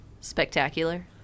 Spectacular